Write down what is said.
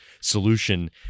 solution